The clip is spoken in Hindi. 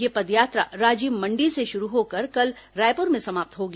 यह पदयात्रा राजिम मण्डी से शुरू होकर कल रायपुर में समाप्त होगी